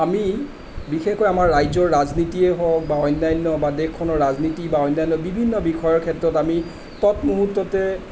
আমি বিশেষকৈ আমাৰ ৰাজ্যৰ ৰাজনীতিয়ে হওক বা অন্য়ান্য বা দেশখনৰ ৰাজনীতি বা অন্য়ান্য বিভিন্ন বিষয়ৰ ক্ষেত্ৰত আমি তৎমূহুৰ্ত্ততে